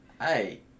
Hey